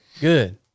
good